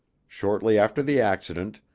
shortly after the accident,